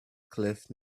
cliff